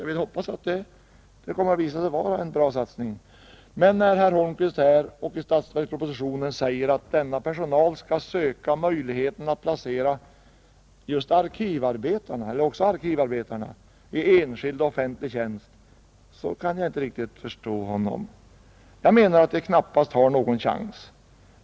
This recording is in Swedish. Jag vill hoppas att det kommer att visa sig vara en bra satsning. Men när herr Holmqvist här och i statsverkspropositionen säger att denna personal skall söka finna möjligheter att placera också arkivarbetarna i enskild och offentlig tjänst kan jag inte riktigt förstå honom, Jag menar att de knappast har någon chans.